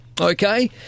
Okay